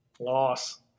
Loss